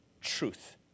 truth